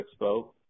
Expo